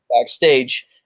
backstage